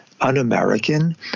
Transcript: un-American